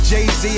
Jay-Z